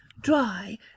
dry